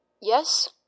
Yes